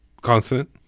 Consonant